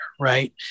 Right